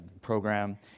program